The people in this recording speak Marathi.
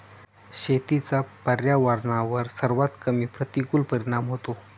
शेतीचा पर्यावरणावर सर्वात कमी प्रतिकूल परिणाम होतो